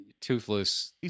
toothless